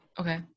Okay